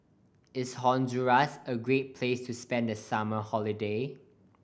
is Honduras a great place to spend the summer holiday